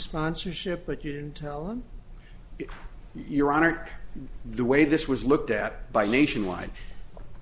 sponsorship but you didn't tell him your honor the way this was looked at by nationwide